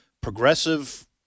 progressive